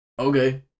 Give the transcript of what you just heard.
Okay